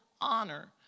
honor